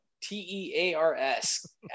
t-e-a-r-s